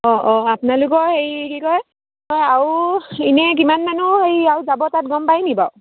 অঁ অঁ আপোনালোকৰ হেৰি কি কয় হয় আৰু এনেই কিমান মানুহ হেৰি আৰু যাব তাত গম পায় নেকি বাৰু